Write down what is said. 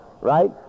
Right